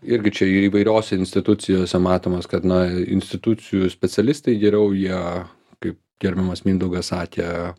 irgi čia ir įvairiose institucijose matomas kad na institucijų specialistai geriau jie kaip gerbiamas mindaugas sakė